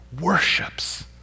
worships